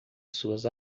suas